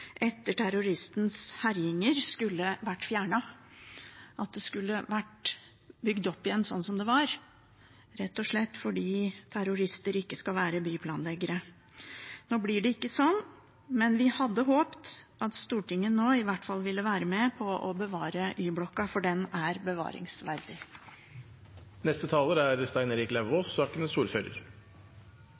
etter terroristens herjinger skulle vært fjernet, og at det skulle vært bygd opp igjen slik som det var – rett og slett fordi terrorister ikke skal være byplanleggere. Nå blir det ikke slik, men vi hadde håpet at Stortinget nå i hvert fall ville vært med på bevare Y-blokka, for den er bevaringsverdig.